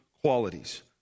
qualities